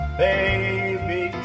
baby